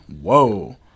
whoa